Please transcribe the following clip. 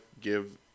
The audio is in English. give